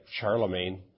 Charlemagne